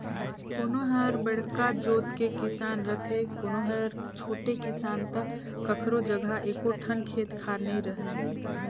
कोनो हर बड़का जोत के किसान रथे, कोनो हर छोटे किसान त कखरो जघा एको ठन खेत खार नइ रहय